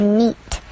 neat